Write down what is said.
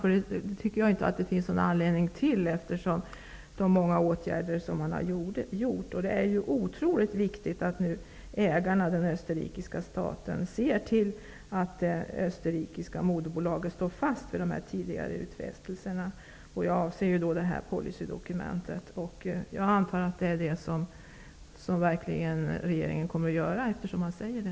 Jag menar att det inte finns någon anledning till detta, efter de många åtgärder som näringsministern har vidtagit. Det är oerhört viktigt att ägaren, den österrikiska staten, nu ser till att det österrikiska moderbolaget står fast vid de tidigare gjorda utfästelserna i policydokumentet. Jag utgår också från att regeringen verkligen kommer att medverka till detta, eftersom regeringen säger det.